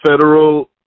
federal